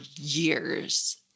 years